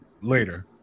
later